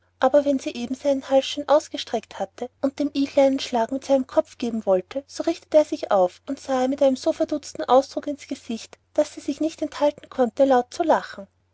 aber wenn sie eben seinen hals schön ausgestreckt hatte und dem igel nun einen schlag mit seinem kopf geben wollte so richtete er sich auf und sah ihr mit einem so verdutzten ausdruck in's gesicht daß sie sich nicht enthalten konnte laut zu lachen